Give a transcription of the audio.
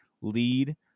lead